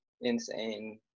insane